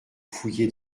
fouillé